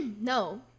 No